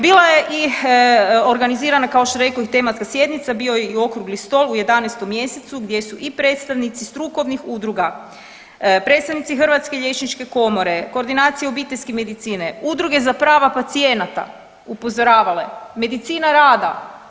Bila je i organizirana kao što rekoh i tematska sjednica, bio je i okrugli stol u 11 mjesecu gdje su i predstavnici strukovnih udruga, predstavnici Hrvatske liječničke komore, koordinacija obiteljske medicine, udruge za prava pacijenata upozoravale, medicina rada.